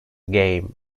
game